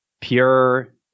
pure